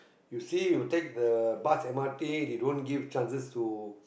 you see you take the bus m_r_t they don't give chances to